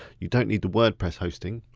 you don't need the wordpress hosting.